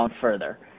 further